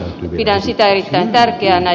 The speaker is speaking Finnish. pidän sitä erittäin tärkeänä